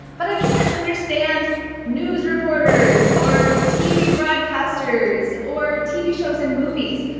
but i can't understand news reporters, or tv broadcasters, or tv shows and movies?